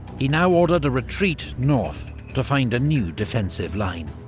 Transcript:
he now ordered a retreat north to find a new defensive line.